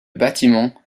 bâtiment